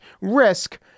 risk